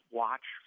watch